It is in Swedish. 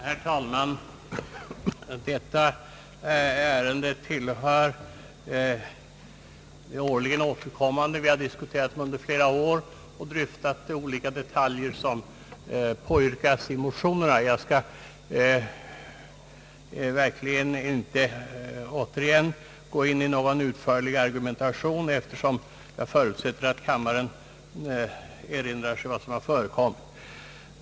Herr talman! Detta ärende tillhör de årligen återkommande — vi har vid en rad tillfällen dryftat de olika detaljer som berörs i motionerna. Jag skall därför inte återigen prestera någon utförlig argumentation, då jag förutsätter att kammaren erinrar sig vad som förekommit.